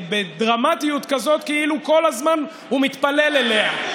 בדרמטיות כזאת, כאילו כל הזמן הוא מתפלל אליה.